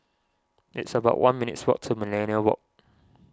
it's about one minutes' walk to Millenia Walk